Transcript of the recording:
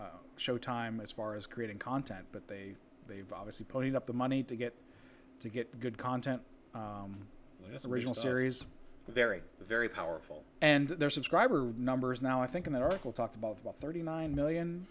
showtime as far as creating content but they they've obviously putting up the money to get to get good content as original series very very powerful and they're subscriber numbers now i think in that article talked about the thirty nine million